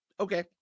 okay